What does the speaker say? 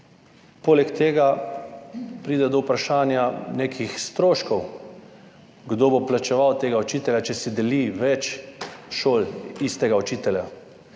Poleg tega pride do vprašanja nekih stroškov, kdo bo plačeval tega učitelja, če si deli več šol istega učitelja.